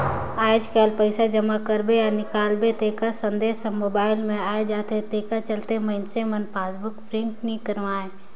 आयज कायल पइसा जमा करबे या निकालबे तेखर संदेश हर मोबइल मे आये जाथे तेखर चलते मइनसे मन पासबुक प्रिंट नइ करवायें